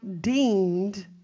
deemed